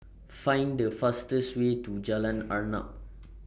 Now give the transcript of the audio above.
Find The fastest Way to Jalan Arnap